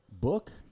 book